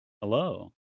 Hello